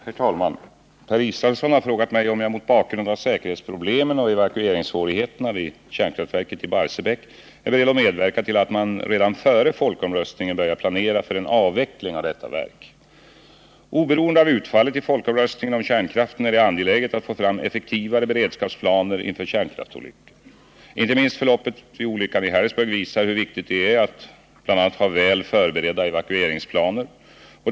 Herr talman! Per Israelsson har frågat mig om jag mot bakgrund av säkerhetsproblemen och evakueringssvårigheterna vid kärnkraftverket i Barsebäck är beredd att medverka till att man redan före folkomröstningen börjar planera för en avveckling av detta verk. Oberoende av utfallet i folkomröstningen om kärnkraften är det angeläget att få fram effektivare beredskapsplaner inför kärnkraftsolyckor. Inte minst förloppet vid olyckan i Harrisburg visar hur viktigt det är att bl.a. ha väl förberedda evakueringsplaner.